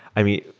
i mean,